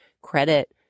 credit